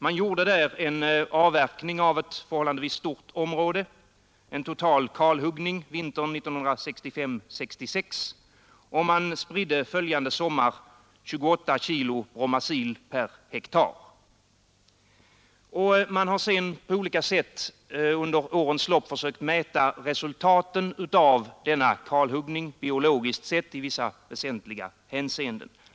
Man gjorde en avverkning på ett förhållandevis stort område, en total kalhuggning, vintern 1965/66, och man spridde följande sommar 28 kilo bromasil per hektar. Sedan har man under årens lopp försökt mäta resultaten av denna kalhuggning biologiskt sett i vissa väsentliga hänseenden.